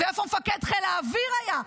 ואיפה מפקד חיל האוויר היה,